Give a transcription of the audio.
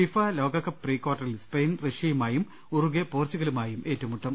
FIFA ലോകകപ്പ് പ്രീകാർട്ടറിൽ Spain റഷ്യയുമായും ഉറുഗ്വേ പോർച്ചുഗലുമായും ഏററുമുട്ടും